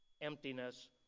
emptiness